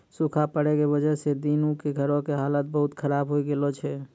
सूखा पड़ै के वजह स दीनू के घरो के हालत बहुत खराब होय गेलो छै